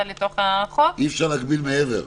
לתוך החוק --- אי-אפשר להגביל מעבר.